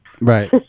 Right